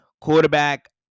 quarterback